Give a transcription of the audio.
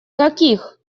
каких